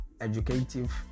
educative